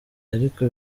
ariko